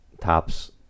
tops